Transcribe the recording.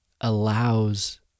allows